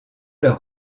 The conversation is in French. leurs